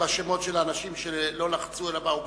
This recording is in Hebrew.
בשמות של האנשים שלא לחצו אלא באו באיחור,